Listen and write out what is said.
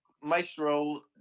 maestro